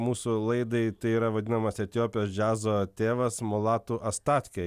mūsų laidai tai yra vadinamas etiopijos džiazo tėvas mulatų astatkei